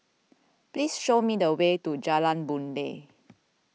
please show me the way to Jalan Boon Lay